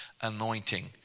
anointing